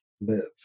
live